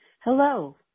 Hello